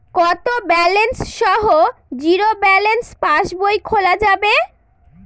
কত ব্যালেন্স সহ zero balance পাসবই খোলা যাবে?